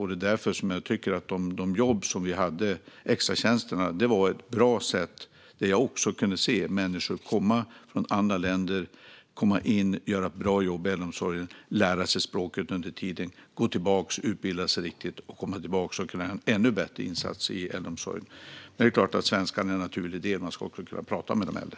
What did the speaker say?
Det är därför jag tycker att extratjänsterna var ett bra sätt för människor från andra länder att komma in, göra ett bra jobb i äldreomsorgen, under tiden lära sig språket, utbilda sig och sedan komma tillbaka för att göra ännu bättre insatser i äldreomsorgen. Svenskan är en naturlig del för att kunna prata med de äldre.